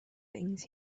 things